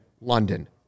London